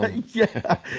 but yeah.